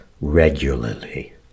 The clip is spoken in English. regularly